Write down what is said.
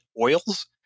oils